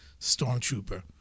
stormtrooper